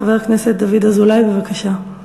חבר הכנסת דוד אזולאי, בבקשה.